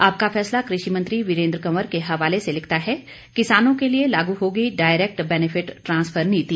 आपका फैसला कृषि मंत्री वीरेन्द्र कंवर के हवाले से लिखता है किसानों के लिए लागू होगी डायरेक्ट बेनिफिट ट्रांसफर नीति